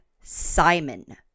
Simon